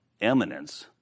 eminence